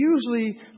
usually